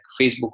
Facebook